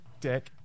Dick